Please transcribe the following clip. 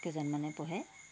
কেইজনমানে পঢ়ে